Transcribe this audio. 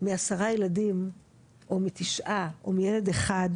מעשרה ילדים או מתשעה או מילד אחד,